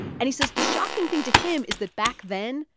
and he says the shocking thing to him is that back then,